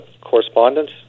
correspondence